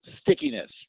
stickiness